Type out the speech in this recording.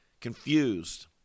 confused